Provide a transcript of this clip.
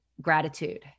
gratitude